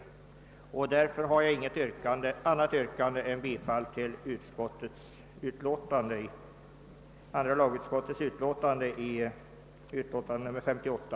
Jag har därför inget annat yrkande än om bifall till andra lagutskottets hemställan i dess utlåtande nr 58.